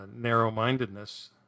narrow-mindedness